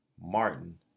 Martin